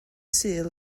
sul